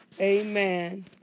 amen